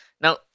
Now